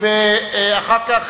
אחר כך